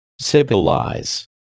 Civilize